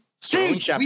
Steve